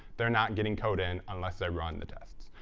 they're not getting code in unless they run the tests.